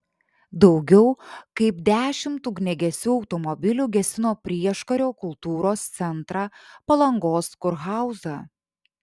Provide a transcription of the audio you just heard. daugiau kaip dešimt ugniagesių automobilių gesino prieškario kultūros centrą palangos kurhauzą